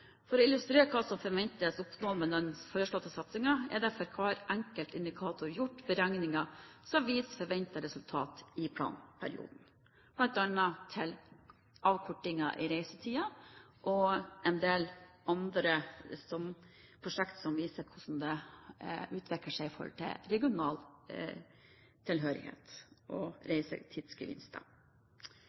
For å illustrere hva som forventes oppnådd med den foreslåtte satsingen, er det for hver enkelt indikator gjort beregninger som viser forventede resultat i planperioden, bl.a. avkortinger i reisetiden og en del andre prosjekt som viser hvordan det utvikler seg i forhold til regional tilhørighet og reisetidsgevinster.